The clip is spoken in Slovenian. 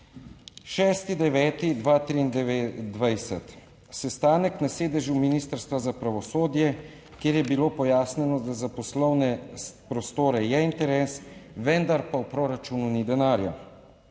6. 9. 2023 sestanek na sedežu Ministrstva za pravosodje, kjer je bilo pojasnjeno, da za poslovne prostore je interes, vendar pa v proračunu ni denarja.